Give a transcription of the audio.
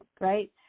right